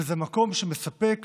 אבל זה מקום שמספק